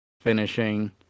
finishing